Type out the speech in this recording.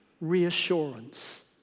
reassurance